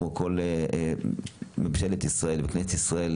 כמו כל ממשלת ישראל וכנסת ישראל,